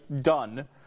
done